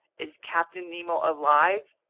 is captain nemo alive?